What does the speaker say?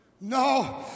No